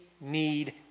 need